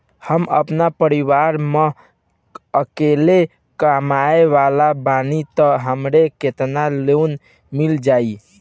हम आपन परिवार म अकेले कमाए वाला बानीं त हमके केतना लोन मिल जाई?